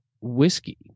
whiskey